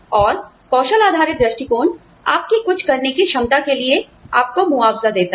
और कौशल आधारित दृष्टिकोण आपकी कुछ करने की क्षमता के लिए आपको मुआवजा देता है